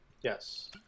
Yes